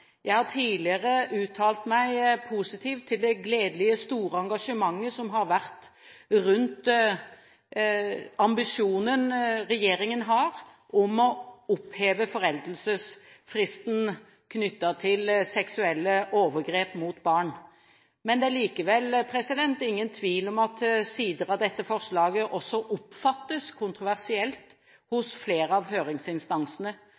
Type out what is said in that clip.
Jeg har tidligere uttalt meg positivt til det gledelig store engasjementet som har vært rundt ambisjonen regjeringen har om å oppheve foreldelsesfristen knyttet til seksuelle overgrep mot barn. Men det er likevel ingen tvil om at sider ved dette forslaget også oppfattes kontroversielt